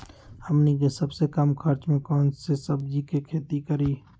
हमनी के सबसे कम खर्च में कौन से सब्जी के खेती करी?